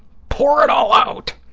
pour it all out,